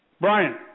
Brian